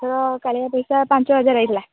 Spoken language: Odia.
ତ କାଳିଆ ପଇସା ପାଞ୍ଚ ହଜାର ଆସିଥିଲା